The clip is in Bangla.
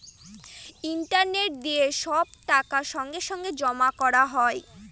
ইন্টারনেট দিয়ে সব টাকা সঙ্গে সঙ্গে জমা করা হয়